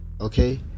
Okay